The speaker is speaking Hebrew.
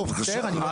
לא, בבקשה.